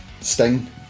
Sting